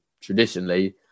traditionally